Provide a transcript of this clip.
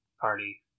party